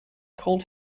cold